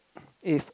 if